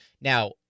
Now